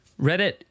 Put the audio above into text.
Reddit